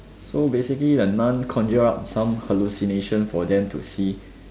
so basically the nun conjure up some hallucinations for them to see